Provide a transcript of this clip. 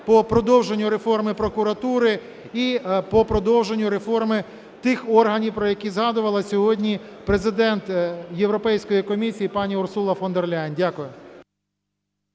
по продовженню реформи прокуратури і по продовженню реформи тих органів, про які згадувала сьогодні Президент Європейської комісії пані Урсула фон дер Ляєн. Дякую.